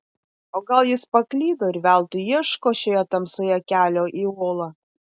o gal jis paklydo ir veltui ieško šioje tamsoje kelio į olą